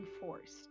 forced